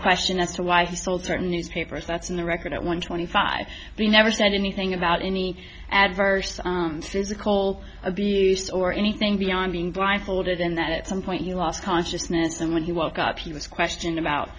question as to why he sold certain newspapers that's in the record at one twenty five but he never said anything about any adverse says the goal of the use or anything beyond being blindfolded and that at some point he lost consciousness and when he woke up he was questioned about